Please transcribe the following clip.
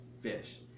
fish